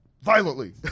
violently